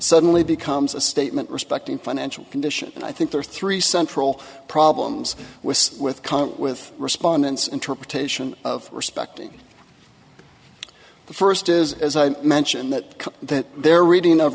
suddenly becomes a statement respecting financial condition and i think there are three central problems with with common with respondents interpretation of respecting the first is as i mentioned that that their reading of